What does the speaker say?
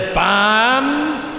bombs